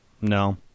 No